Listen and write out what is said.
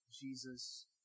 Jesus